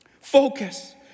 Focus